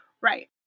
Right